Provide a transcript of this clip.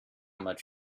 much